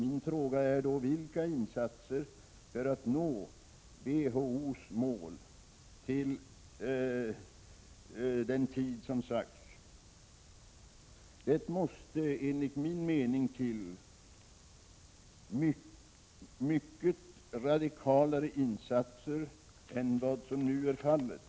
Min fråga är då vilka insatser som kan göras för att nå WHO:s mål på den tid som sagts. Det måste enligt min mening till mycket radikalare insatser än vad som nu är fallet.